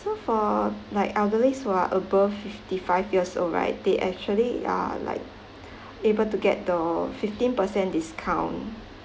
so for like elderlies who are above fifty five years old right they actually are like able to get the fifteen percent discount